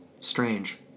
Strange